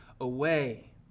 away